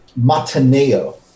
mataneo